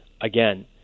again